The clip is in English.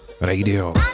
Radio